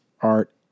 Art